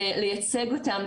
לייצג אותם,